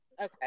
okay